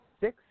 six